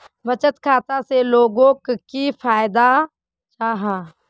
बचत खाता से लोगोक की फायदा जाहा?